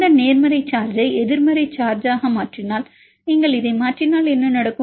இந்த நேர்மறை சார்ஜ் ஐ எதிர்மறை சார்ஜ் ஆக மாற்றினால் நீங்கள் இதை மாற்றினால் என்ன நடக்கும்